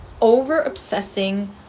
over-obsessing